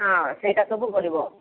ହଁ ସେଇଟା ସବୁ କରିବ